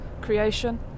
creation